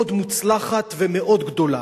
מאוד מוצלחת ומאוד גדולה.